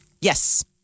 Yes